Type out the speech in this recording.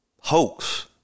hoax